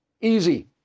Easy